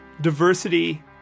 diversity